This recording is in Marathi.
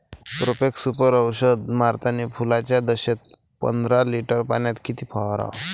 प्रोफेक्ससुपर औषध मारतानी फुलाच्या दशेत पंदरा लिटर पाण्यात किती फवाराव?